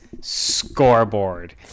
Scoreboard